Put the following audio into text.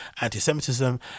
anti-semitism